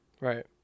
Right